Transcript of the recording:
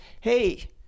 hey